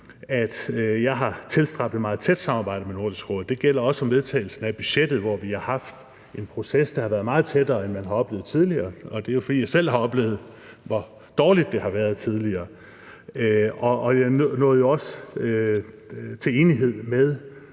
at jeg har tilstræbt at have et meget tæt samarbejde med Nordisk Råd, og det gælder også om vedtagelsen af budgettet, hvor vi har haft en proces, der har været meget tættere, end man har oplevet tidligere, og det er jo, fordi jeg selv har oplevet, hvor dårligt det har været tidligere. Jeg nåede jo også til enighed med